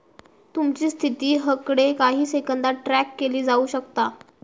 तुमची स्थिती हकडे काही सेकंदात ट्रॅक केली जाऊ शकता